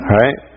right